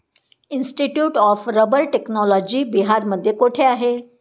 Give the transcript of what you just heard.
Institute of rubber technology बिहारमध्ये कोठे आहे?